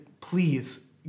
please